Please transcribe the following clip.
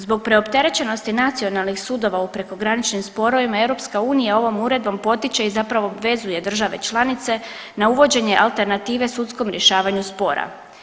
Zbog preopterećenosti nacionalnih sudova u prekograničnim sporova EU ovom uredbom potiče i zapravo vezuje države članice na uvođenje alternative sudskom rješavanju spora.